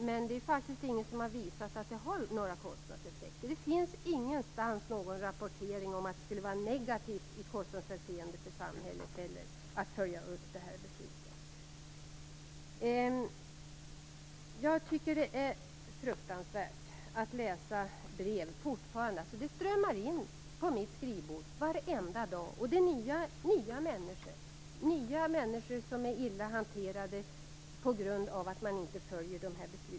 Men det är faktiskt ingen som har visat att det har några kostnadseffekter. Det finns ingenstans någon rapportering om att det skulle vara negativt för samhället i kostnadshänseende att följa upp det här beslutet. Jag tycker att det är fruktansvärt att läsa de brev som fortfarande strömmar in på mitt skrivbord varenda dag. Det är nya människor som är illa hanterade på grund av att besluten inte följs.